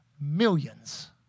Millions